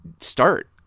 start